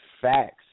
facts